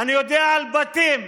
אני יודע על בתים,